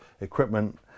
equipment